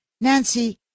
Nancy